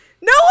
No